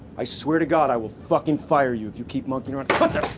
i swear to god i will fucking fire you if you keep monkeying around put their.